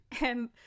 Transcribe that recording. and-